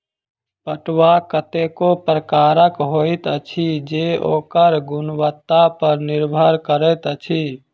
पटुआ कतेको प्रकारक होइत अछि जे ओकर गुणवत्ता पर निर्भर करैत अछि